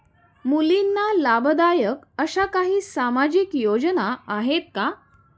मुलींना लाभदायक अशा काही सामाजिक योजना आहेत का?